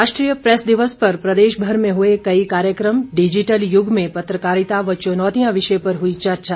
राष्ट्रीय प्रेस दिवस पर प्रदेश में हुए कई कार्यक्रम डिजिटल युग में पत्रकारिता व चुनौतियां विषय पर हुई चर्चा